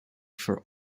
for